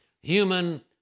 human